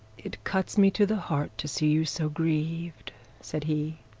it cuts me to the heart to see you so grieved said he.